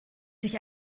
sich